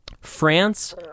france